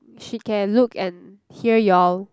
she can look and hear y'all